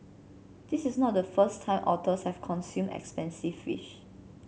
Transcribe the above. this is not the first time otters have consumed expensive fish